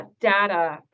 data